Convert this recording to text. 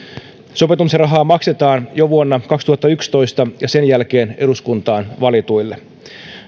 sopeutumisrahaa maksetaan jo vuonna kaksituhattayksitoista ja sen jälkeen eduskuntaan valituille